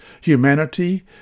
humanity